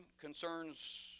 concerns